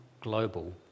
global